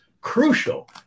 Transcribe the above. crucial